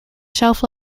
shelf